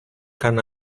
can